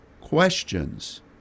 questions